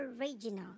original